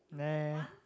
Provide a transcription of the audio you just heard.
nah